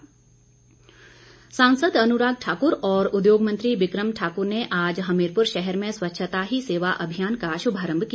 अनुराग सांसद अनुराग ठाकुर और उद्योग मंत्री बिक्र म ठाकुर ने आज हमीरपुर शहर में स्वच्छता ही सेवा अभियान का शुभारम्भ किया